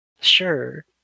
sure